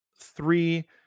three